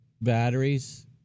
batteries